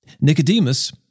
Nicodemus